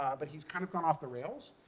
um but he's kind of gone off the rails,